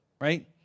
right